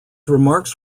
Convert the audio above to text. remarks